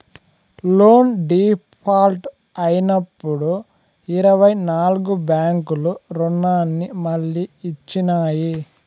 loan default అయినప్పుడు ఇరవై నాల్గు బ్యాంకులు రుణాన్ని మళ్లీ ఇచ్చినాయి